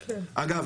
אגב,